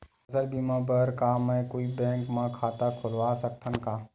फसल बीमा बर का मैं कोई भी बैंक म खाता खोलवा सकथन का?